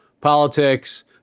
politics